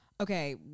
Okay